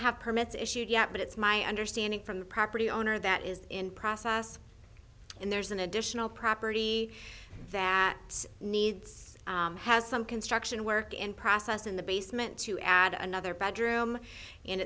have permits issued yet but it's my understanding from the property owner that is in process and there's an additional property that needs has some construction work in process in the basement to add another bedroom and